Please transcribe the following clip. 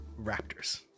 Raptors